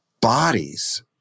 bodies